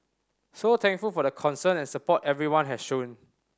so thankful for the concern and support everyone has shown